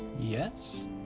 Yes